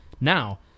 Now